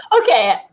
Okay